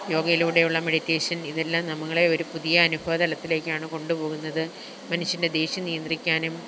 യോഗയിലൂടെയുള്ള മെഡിറ്റേഷന് ഇതെല്ലാം നമ്മളെ ഒരു പുതിയ അനുഭവ തലത്തിലേക്കാണ് കൊണ്ടുപോകുന്നത് മനുഷ്യന്റെ ദേഷ്യം നിയന്ത്രിക്കാനും